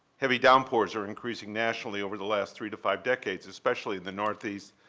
heavy downpours are increasing nationally over the last three to five decades, especially the northeast,